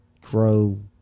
grow